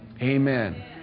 amen